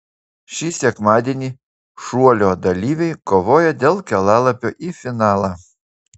šį sekmadienį šuolio dalyviai kovoja dėl kelialapio į finalą